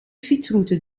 fietsroute